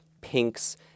pinks